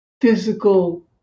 physical